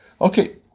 Okay